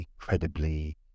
incredibly